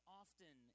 often